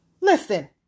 listen